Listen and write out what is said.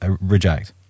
reject